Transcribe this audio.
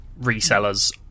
resellers